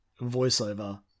voiceover